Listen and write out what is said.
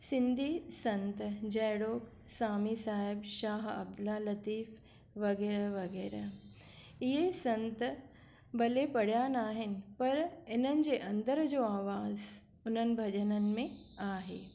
सिंधी संत जहिड़ो स्वामी साहिबु शाह अबला लतीफ़ वग़ैरह वग़ैरह इहे संत भले पढ़िया न आहिनि पर हिननि जे अंदर जो अवाज़ु हुननि भॼननि में आहे